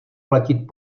platit